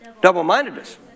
Double-mindedness